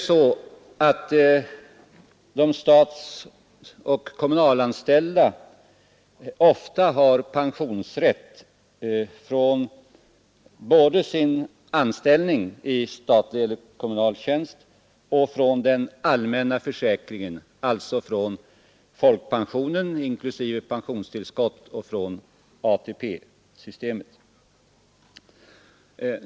De statsoch kommunalanställda har ofta pensionsrätt både från sin anställning i statlig eller kommunal tjänst och från den allmänna försäkringen, alltså från folkpensionen inklusive pensionstillskott och från ATP-systemet.